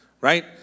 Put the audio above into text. Right